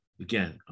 again